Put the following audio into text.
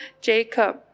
Jacob